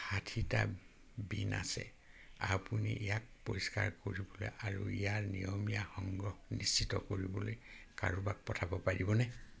ষাঠিটা বিন আছে আপুনি ইয়াক পৰিষ্কাৰ কৰিবলৈ আৰু ইয়াৰ নিয়মীয়া সংগ্ৰহ নিশ্চিত কৰিবলৈ কাৰোবাক পঠাব পাৰিবনে